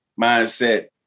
mindset